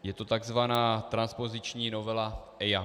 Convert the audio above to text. Je to takzvaná transpoziční novela EIA.